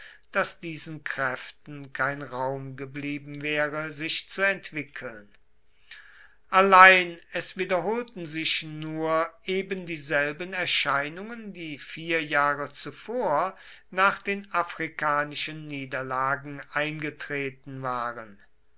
daß diesen kräften kein raum geblieben wäre sich zu entwickeln allein es wiederholten sich nur ebendieselben erscheinungen die vier jahre zuvor nach den afrikanischen niederlagen eingetreten waren